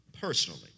personally